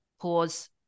pause